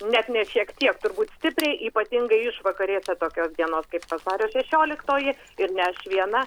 net ne šiek tiek turbūt stipriai ypatingai išvakarėse tokios dienos kaip vasario šešioliktoji ir ne aš viena